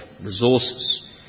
resources